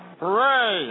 Hooray